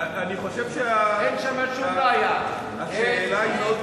היה מקרה, אני חושב שהשאלה, אין שם שום בעיה, שום